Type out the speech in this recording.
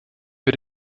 für